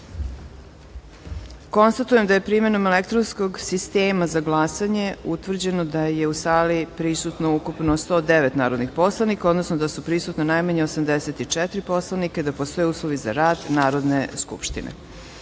jedinice. Konstatujem da je primenom elektronskog sistema za glasanje, utvrđeno da je u sali prisutno ukupno 109 narodnih poslanika, odnosno da su prisutna najmanje 84 narodna poslanika i da postoje uslovi za rad Narodne